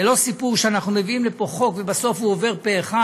זה לא סיפור שאנחנו מביאים לפה חוק ובסוף הוא עובר פה אחד.